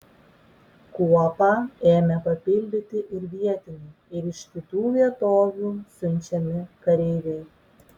kuopą ėmė papildyti ir vietiniai ir iš kitų vietovių siunčiami kareiviai